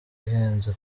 ihenze